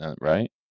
right